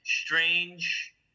strange